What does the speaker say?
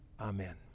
Amen